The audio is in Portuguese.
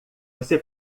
você